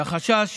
והחשש